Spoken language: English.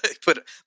Put